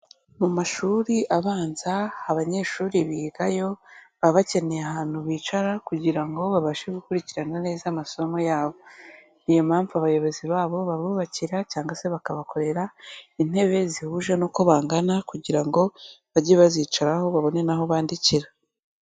Mu mashuri abanza abanyeshuri bigayo baba bakeneye ahantu bicara kugira ngo babashe gukurikirana neza amasomo yabo; niyo mpamvu abayobozi babo babubakira cyangwa se bakabakorera intebe zihuje n' uko bangana kugira ngo bajye bazicaraho babone n'aho bandikira.